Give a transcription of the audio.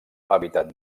hàbitat